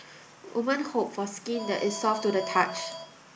women hope for skin that is soft to the touch